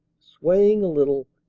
sway ing a little,